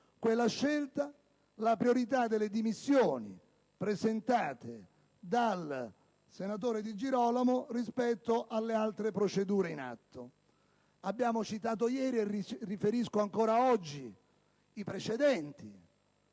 quella scelta - la priorità delle dimissioni presentate dal senatore di Girolamo rispetto alle altre procedure in atto. Ho citato ieri, e riferisco ancora oggi, i precedenti,